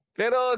pero